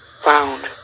found